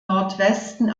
nordwesten